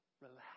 Relax